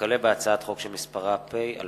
הצעת חוק-יסוד: הכנסת (תיקון,